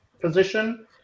position